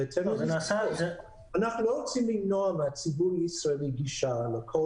אנחנו לא רוצים למנוע מהציבור הישראלי לכל